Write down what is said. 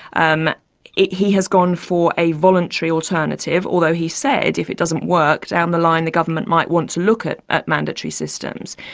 um he has gone for a voluntary alternative, although he said, if it doesn't work, down the line, the government might want to look at at mandatory systems.